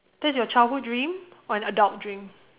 that's your childhood dream or an adult dream